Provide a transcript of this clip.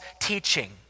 teaching